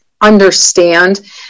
understand